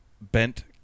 bent